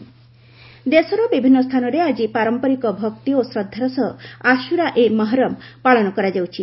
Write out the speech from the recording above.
ମହରମ ଦେଶର ବିଭିନ୍ନ ସ୍ଥାନରେ ଆଜି ପାରମ୍ପରିକ ଭକ୍ତି ଓ ଶ୍ରଦ୍ଧାର ସହ ଆଶୁରା ଏ ମହରମ ପାଳନ କରାଯାଉଛି